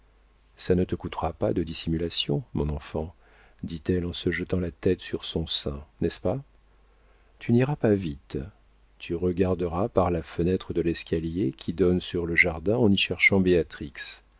ça ne te coûtera pas de dissimulation mon enfant dit-elle en se jetant la tête sur son sein n'est-ce pas tu n'iras pas vite tu regarderas par la fenêtre de l'escalier qui donne sur le jardin en y cherchant